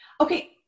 Okay